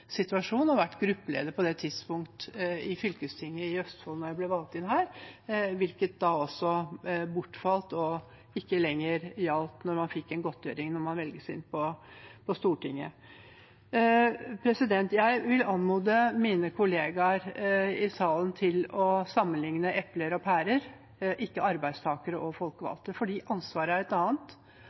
situasjonen og var gruppeleder i fylkestinget i Østfold på det tidspunktet da jeg ble valgt inn her, hvilket da bortfalt og ikke lenger gjaldt da man fikk en godtgjøring da man ble valgt inn på Stortinget. Jeg vil anmode mine kollegaer i salen om å sammenligne epler og pærer, ikke arbeidstakere og folkevalgte. For ansvaret er et annet,